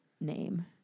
name